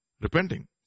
repenting